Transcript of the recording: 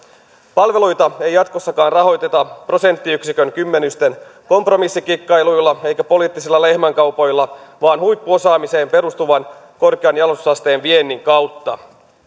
palveluita ei jatkossakaan rahoiteta prosenttiyksikön kymmenysten kompromissikikkailuilla eikä poliittisilla lehmänkaupoilla vaan huippuosaamiseen perustuvan korkean jalostusasteen viennin kautta